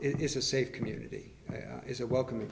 it is a safe community is a welcoming